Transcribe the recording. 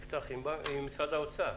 נפתח עם משרד האוצר.